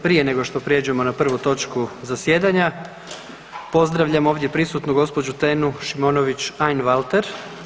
Prije nego što prijeđemo na prvu točku zasjedanja, pozdravljam ovdje prisutnu gđu. Tenu Šimonović Einwalter.